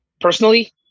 Personally